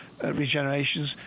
regenerations